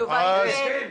התשובה היא כן.